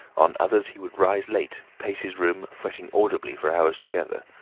on others he would rise late, pace his room, fretting audibly for hours together,